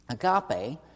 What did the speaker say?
agape